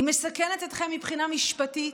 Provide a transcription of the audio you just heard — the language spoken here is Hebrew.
היא מסכנת אתכם מבחינה משפטית,